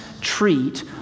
treat